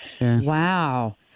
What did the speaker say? Wow